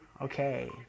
okay